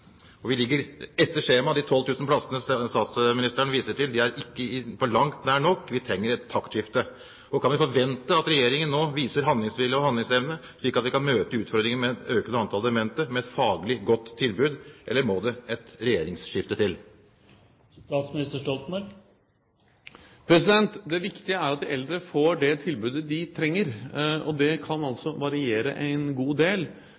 Vi ligger etter skjemaet. De 12 000 plassene statsministeren viser til, er på langt nær nok. Vi trenger et taktskifte. Kan vi forvente at Regjeringen nå viser handlingsvilje og handlingsevne, slik at vi kan møte utfordringen med et økende antall demente med et faglig godt tilbud? Eller må det et regjeringsskifte til? Det viktige er at de eldre får det tilbudet de trenger, og det kan altså variere en god del.